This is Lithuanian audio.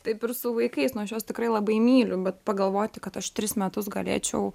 taip ir su vaikais nu aš juos tikrai labai myliu bet pagalvoti kad aš tris metus galėčiau